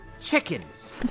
chickens